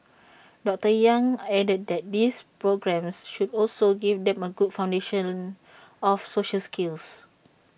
doctor yang added that these programmes should also give them A good foundation of social skills